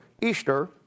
Easter